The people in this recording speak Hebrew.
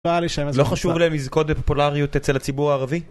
לא חשוב להם לזכות בפופולריות אצל הציבור הערבי?